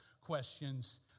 questions